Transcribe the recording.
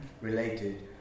related